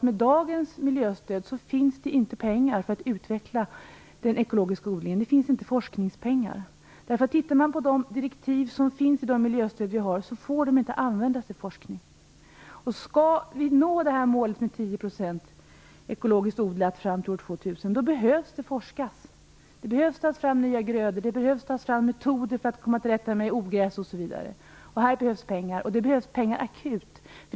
Med dagens miljöstöd finns det inte pengar för att utveckla den ekologiska odlingen. Det finns inte forskningspengar. Enligt de direktiv som finns till de miljöstöd som vi har i dag får de inte användas till forskning. Skall vi nå målet 10 % ekologisk odling till år 2000 behövs det forskas. Det behövs tas fram nya grödor och metoder för att komma till rätta med ogräs, osv. Här behövs pengar, och det behövs pengar akut.